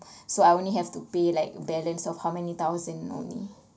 so I only have to pay like balance of how many thousand only